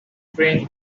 brain